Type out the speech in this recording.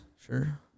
Sure